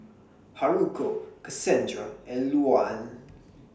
Haruko Cassandra and Louann